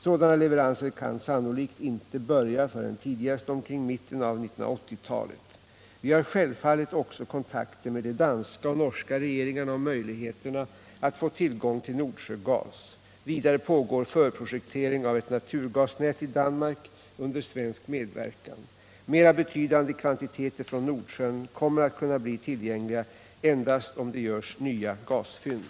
Sådana leveranser kan sannolikt inte börja förrän tidigast omkring mitten av 1980-talet. Vi har självfallet också kontakter med de danska och norska regeringarna om möjligheterna att få tillgång till Nordsjögas. Vidare pågår förprojektering av ett naturgasnät i Danmark under svensk medverkan. Mer betydande kvantiteter från Nordsjön kommer att kunna bli tillgängliga endast om det görs nya gasfynd.